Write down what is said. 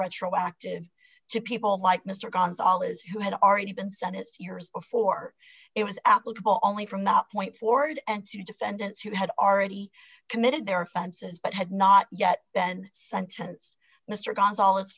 retroactive to people like mr gonzalez who had already been sent his years before it was applicable only from the point forward and two defendants who had already committed their offenses but had not yet then sentence mr gonzale